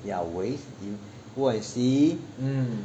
there are ways you go and see